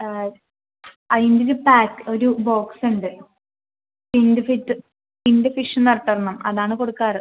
അതിനൊരു പാക്ക് ഒരു ബോക്സുണ്ട് ഇൻറ്റ് ഫിറ്റ് ഇൻറ്റ് ഫിഷ്ന്ന് പറഞ്ഞിട്ടൊരണ്ണം അതാണ് കൊടുക്കാറ്